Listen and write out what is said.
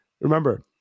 Remember